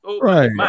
Right